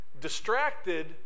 distracted